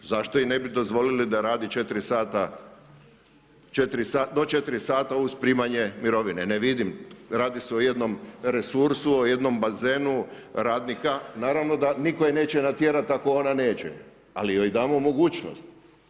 Zašto joj ne bi dozvolili da radi do 4 sata uz primanje mirovine, ne vidim, radi se o jednom resursu, o jednom bazenu radnika, naravno da nitko je neće natjerati ako neće ali joj damo mogućnost.